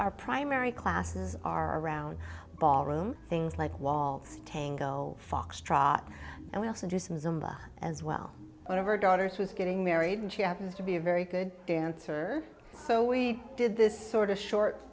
our primary classes are around ballroom things like waltz tango foxtrot and we also do some zumba as well one of our daughters was getting married and she happens to be a very good dancer so we did this sort of short